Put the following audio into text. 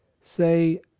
say